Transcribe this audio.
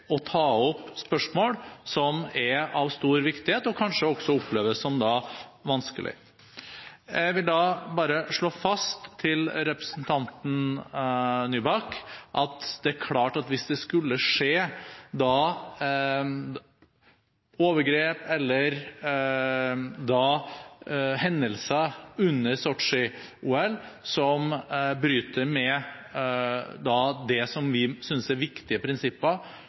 oppleves som vanskelige. Jeg vil bare slå fast, til representanten Nybakk, at hvis det skulle skje overgrep eller hendelser under Sotsji-OL som bryter med det som vi synes er viktige prinsipper